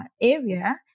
area